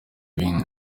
ibindi